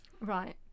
Right